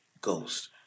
Ghost